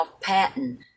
patent